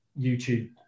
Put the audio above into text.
YouTube